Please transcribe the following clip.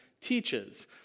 teaches